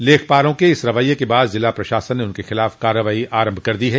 लेखपालों के इस रवैये के बाद जिला प्रशासन ने उनके खिलाफ कार्रवाई शुरू कर दी है